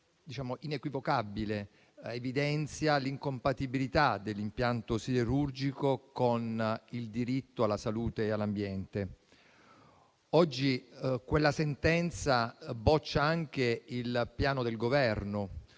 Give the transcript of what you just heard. inequivocabile, evidenzia l'incompatibilità dell'impianto siderurgico con il diritto alla salute e all'ambiente. Oggi quella sentenza boccia anche il piano del Governo,